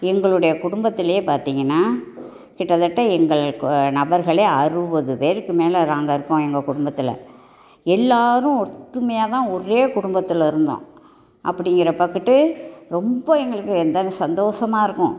எங்களுடைய குடும்பத்திலேயே பார்த்தீங்கன்னா கிட்டத்தட்ட எங்கள் நபர்களை அறுபது பேருக்கு மேலே நாங்கள் இருப்போம் எங்கள் குடும்பத்தில் எல்லோரும் ஒற்றுமையா தான் ஒரே குடும்பத்தில இருந்தோம் அப்படிங்கிற பக்கட்டு ரொம்ப எங்களுக்கு சந்தோசமாக இருக்கும்